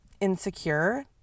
insecure